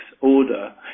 order